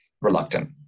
reluctant